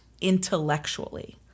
intellectually